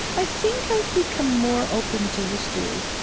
i think i've become more open to history,